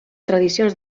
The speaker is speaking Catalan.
tradicions